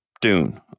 Dune